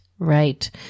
Right